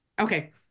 Okay